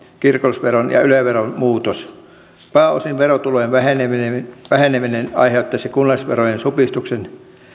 kirkollisveron ja yle veron muutos pääosin verotulojen väheneminen väheneminen aiheutuisi kunnallisverotulon supistumisesta